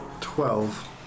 Twelve